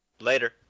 later